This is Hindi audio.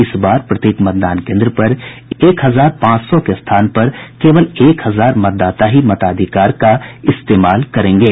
इस बार प्रत्येक मतदान केंद्र पर एक हजार पांच सौ के स्थान पर केवल एक हजार मतदाता ही मताधिकार का इस्तेमाल करेंगे